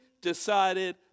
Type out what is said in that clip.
decided